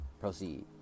Proceed